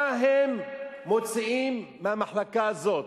מה הם מוציאים מהמחלקה הזאת?